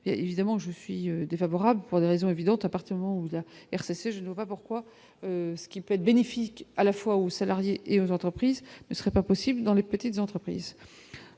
évidemment, je suis défavorable pour des raisons évidentes appartements ou d'la RCC, je ne vois pourquoi ce qui peut être bénéfique à la fois aux salariés et aux entreprises, ne serait pas possible dans les petites entreprises.